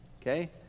okay